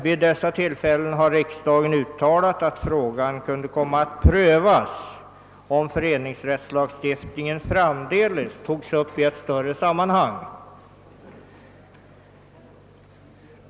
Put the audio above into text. Vid dessa tillfällen har emellertid riksdagen uttalat att frågan kunde komma att prövas, om föreningsrättslagstiftningen framdeles togs upp i ett större sammanhang.